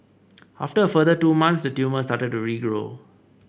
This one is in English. after a further two months the tumour started to regrow